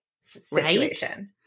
situation